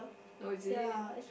oh is it